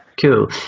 Cool